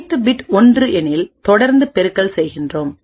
ஐத்பிட்ஒன்று எனில் தொடர்ந்து பெருக்கல் செய்கிறோம்